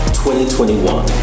2021